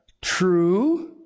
true